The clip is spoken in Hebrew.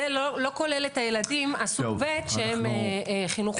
זה לא כולל את הילדים סוג ב' שהם חינוך מיוחד.